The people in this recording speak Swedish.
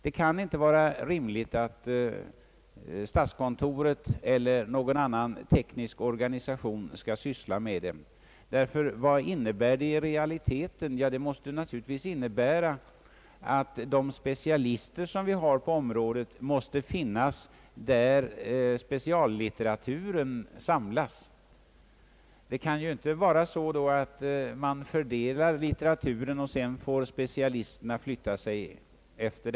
Det kan inte vara rimligt att statskontoret eller någon annan teknisk organisation skall syssla med dem. Ty vad innebär det i realiteten? Jo, att de specialister vi har på området måste finnas där speciallitteraturen samlas. Man kan ju inte fördela litteraturen så att specialisterna får anpassa sig därefter.